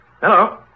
Hello